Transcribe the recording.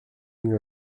nous